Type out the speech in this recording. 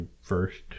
first